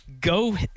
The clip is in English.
go